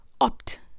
opt